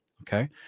okay